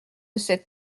cette